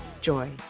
joy